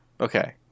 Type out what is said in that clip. Okay